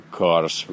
cars